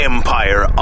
Empire